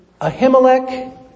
Ahimelech